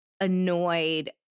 annoyed